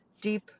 deep